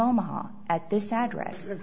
omaha at this address